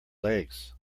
legs